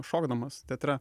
šokdamas teatre